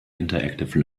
interactive